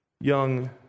young